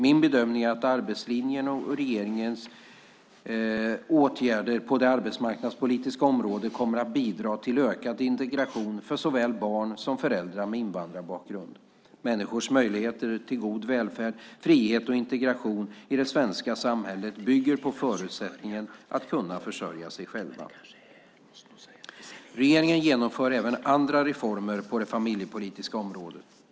Min bedömning är att arbetslinjen och regeringens åtgärder på det arbetsmarknadspolitiska området kommer att bidra till ökad integration för såväl barn som föräldrar med invandrarbakgrund. Människors möjlighet till god välfärd, frihet och integration i det svenska samhället bygger på förutsättningen att kunna försörja sig själva. Regeringen genomför även andra reformer på det familjepolitiska området.